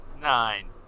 Nine